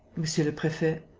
monsieur le prefet?